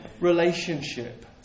relationship